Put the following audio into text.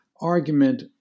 argument